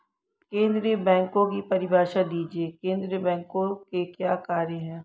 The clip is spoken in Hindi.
केंद्रीय बैंक की परिभाषा दीजिए केंद्रीय बैंक के क्या कार्य हैं?